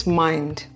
mind